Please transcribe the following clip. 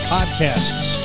Podcasts